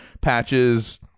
patches